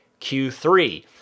Q3